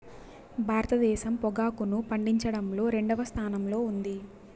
భారతదేశం పొగాకును పండించడంలో రెండవ స్థానంలో ఉంది